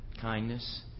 Kindness